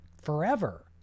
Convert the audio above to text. forever